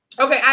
Okay